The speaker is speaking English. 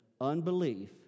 unbelief